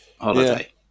holiday